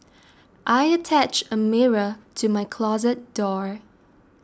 I attached a mirror to my closet door